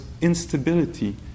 instability